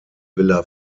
villa